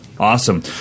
Awesome